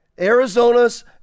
Arizona's